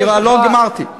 לא גמרתי.